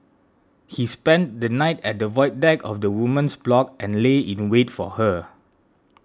he spent the night at the void deck of the woman's block and lay in wait for her